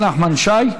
נחמן שי.